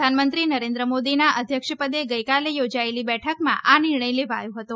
પ્રધાનમંત્રી નરેન્દ્ર મોદીના અધ્યક્ષપદે ગઇકાલે યોજાયેલી બેઠકમાં આ નિર્ણય લેવાયો હતો